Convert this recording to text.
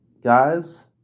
guys